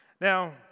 Now